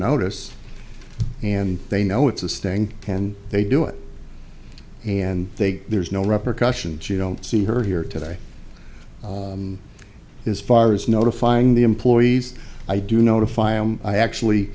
notice and they know it's a sting can they do it and they there's no repr kushan you don't see her here today is far as notifying the employees i do notify am i actually